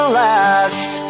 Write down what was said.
last